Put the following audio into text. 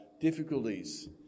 difficulties